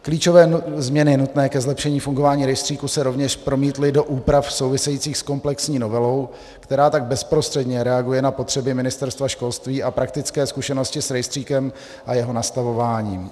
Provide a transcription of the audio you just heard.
Klíčové změny nutné ke zlepšení fungování rejstříku se rovněž promítly do úprav související s komplexní novelou, která tak bezprostředně reaguje na potřeby Ministerstva školství a praktické zkušenosti s rejstříkem a jeho nastavování.